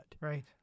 Right